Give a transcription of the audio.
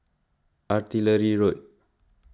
Artillery Road